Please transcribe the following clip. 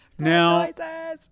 Now